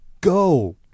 go